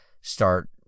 start